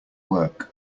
work